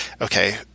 okay